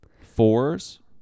fours